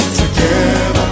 together